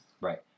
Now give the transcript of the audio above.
Right